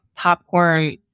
popcorn